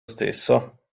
stesso